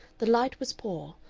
the light was poor,